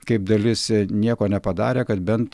kaip dalis nieko nepadarė kad bent